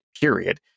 period